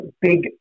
big